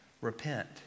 repent